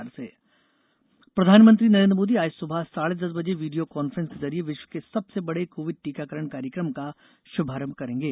टीकाकरण प्रधानमंत्री नरेन्द्र मोदी आज सुबह साढे दस बजे वीडियो कॉफ्रेंस के जरिए विश्व के सबसे बडे कोविड टीकाकरण कार्यक्रम का शुभारम्भ करेंगे